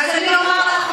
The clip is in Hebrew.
אז אני אומר לך,